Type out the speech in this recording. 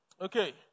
Okay